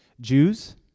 Jews